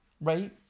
Right